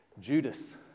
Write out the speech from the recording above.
Judas